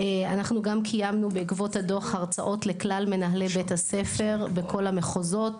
אנחנו גם קיימנו בעקבות הדוח הרצאות לכלל מנהלי בתי הספר בכל המחוזות,